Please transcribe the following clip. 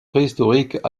préhistoriques